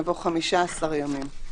יבוא: "15 ימים".